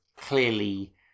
clearly